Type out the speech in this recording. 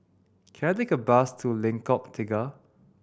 can I take a bus to Lengkok Tiga